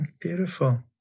Beautiful